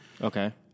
Okay